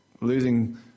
losing